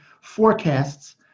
forecasts